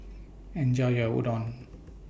Enjoy your Udon